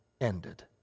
ended